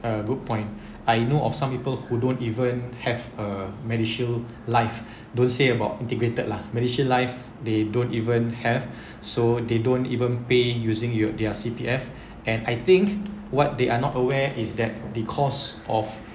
uh good point I know of some people who don't even have a medishield life don't say about integrated lah medishield life they don't even have so they don't even pay using your their C_P_F and I think what they are not aware is that because of